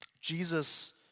Jesus